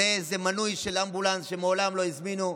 זה מנוי לאמבולנס שמעולם לא הזמינו.